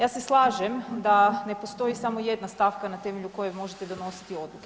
Ja se slažem da ne postoji samo jedna stavka na temelju koje možete donositi odluke.